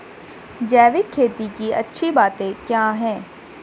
जैविक खेती की अच्छी बातें क्या हैं?